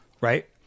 Right